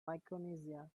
micronesia